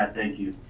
ah thank you.